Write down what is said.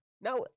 now